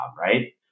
right